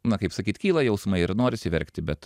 na kaip sakyt kyla jausmai ir norisi verkti bet